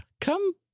Come